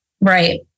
Right